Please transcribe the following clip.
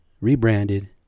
rebranded